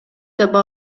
таба